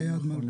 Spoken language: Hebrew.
נכון,